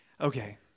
okay